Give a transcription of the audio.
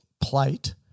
plate